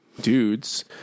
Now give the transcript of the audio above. dudes